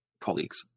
colleagues